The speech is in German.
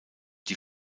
die